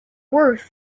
worth